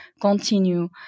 continue